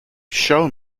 show